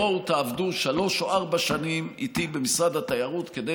בואו תעבדו שלוש או ארבע שנים איתי במשרד התיירות כדי